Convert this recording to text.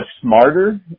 smarter